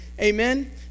Amen